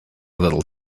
little